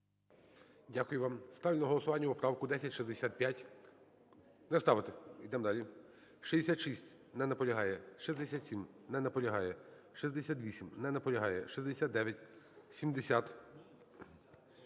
Дякую вам. Ставлю на голосування поправку 1065. Не ставити. Йдемо далі. 66. Не наполягає. 67. Не наполягає. 68. Не наполягає. 69. 70.